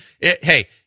hey